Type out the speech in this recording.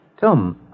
Tom